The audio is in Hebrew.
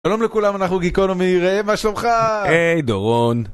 שלום לכולם, אנחנו Geekonomy, ראם, מה שלומך? היי, דורון.